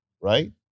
Right